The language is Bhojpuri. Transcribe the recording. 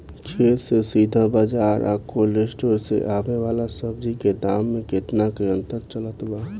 खेत से सीधा बाज़ार आ कोल्ड स्टोर से आवे वाला सब्जी के दाम में केतना के अंतर चलत बा?